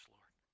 Lord